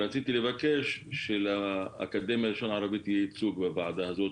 רציתי לבקש שללשון הערבית יהיה ייצוג בוועדה הזו,